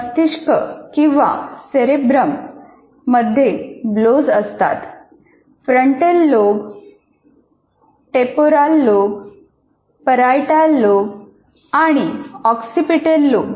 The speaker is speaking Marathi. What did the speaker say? मस्तिष्क किंवा सेरेब्रम मध्ये लोब्ज असतात frontal lobe temporal lobe parietal lobe आणि ऑक्सिपिटल लोब